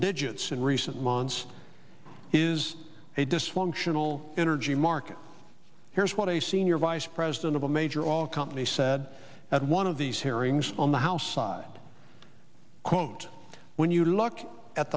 digits in recent months is a dysfunctional energy market here's what a senior vice president of a major oil company said at one of these hearings on the house side quote when you look at